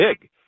big